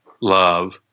love